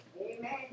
Amen